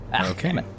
Okay